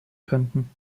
könnten